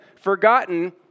forgotten